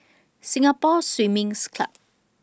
Singapore Swimming's Club